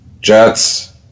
Jets